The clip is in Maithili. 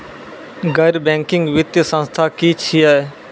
गैर बैंकिंग वित्तीय संस्था की छियै?